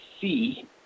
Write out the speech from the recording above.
see